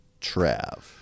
Trav